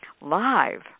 live